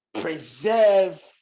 preserve